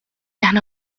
aħna